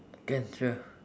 can sure